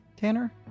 Tanner